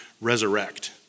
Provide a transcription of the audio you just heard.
resurrect